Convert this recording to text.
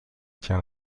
tient